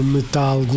Metal